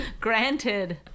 Granted